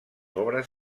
obres